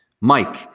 Mike